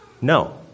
no